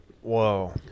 Whoa